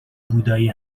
بودایی